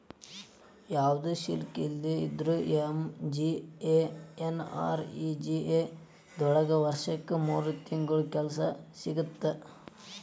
ಯಾವ್ದು ಸ್ಕಿಲ್ ಇಲ್ದೆ ಇದ್ರೂ ಎಂ.ಜಿ.ಎನ್.ಆರ್.ಇ.ಜಿ.ಎ ದೊಳಗ ವರ್ಷಕ್ ಮೂರ್ ತಿಂಗಳರ ಕೆಲ್ಸ ಸಿಗತ್ತ